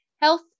health